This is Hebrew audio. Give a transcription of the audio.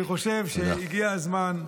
אני חושב שהגיע הזמן,